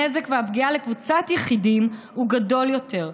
הנזק והפגיעה לקבוצת יחידים הוא גדול יותר,